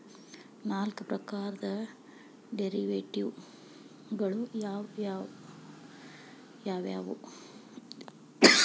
ನಾಲ್ಕ್ ಪ್ರಕಾರದ್ ಡೆರಿವೆಟಿವ್ ಗಳು ಯಾವ್ ಯಾವವ್ಯಾವು?